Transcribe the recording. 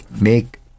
make